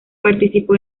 participó